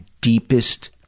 deepest